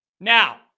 Now